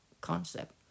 concept